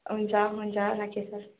हुन्छ हुन्छ राखेँ सर